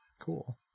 Cool